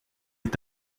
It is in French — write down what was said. est